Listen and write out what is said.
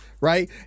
right